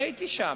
אני הייתי שם.